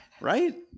Right